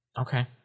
okay